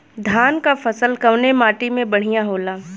धान क फसल कवने माटी में बढ़ियां होला?